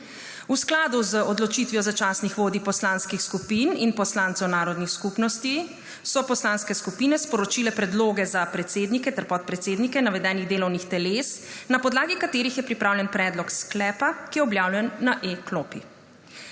V skladu z odločitvijo začasnih vodij poslanskih skupin in poslancev narodnih skupnosti so poslanske skupine sporočile predloge za predsednike ter podpredsednike navedenih delovnih teles, na podlagi katerih je pripravljen predlog sklepa, ki je objavljen na e-klopi.